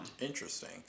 interesting